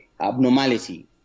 abnormality